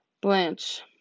Blanche